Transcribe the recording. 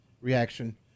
reaction